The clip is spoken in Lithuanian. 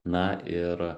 na ir